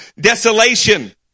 desolation